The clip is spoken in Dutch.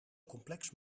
complex